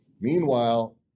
Meanwhile